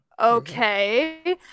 okay